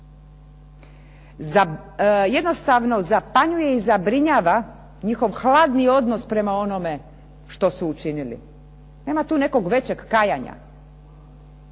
Jednostavno zapanjuje i zabrinjava njihov hladni odnos prema onome što su učinili, nema tu nekog veće kajanja.